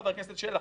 חבר הכנסת שלח,